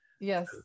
Yes